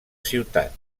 ciutat